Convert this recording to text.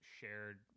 shared